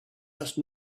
just